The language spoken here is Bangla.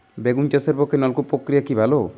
বেগুন চাষের পক্ষে নলকূপ প্রক্রিয়া কি ভালো?